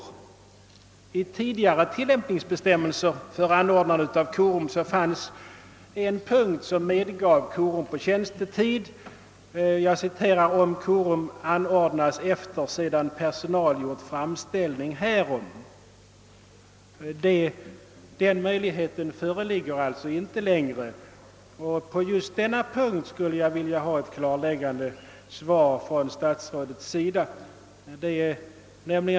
I tidigare tilllämpningsbestämmelser för anordnande av korum fanns det en punkt som medgav korum på tjänstetid. Det gällde korum som anordnas »efter sedan personal gjort framställning härom». Den möjligheten föreligger alltså inte längre, och på just denna punkt skulle jag vilja ha ett klarläggande svar av statsrådet.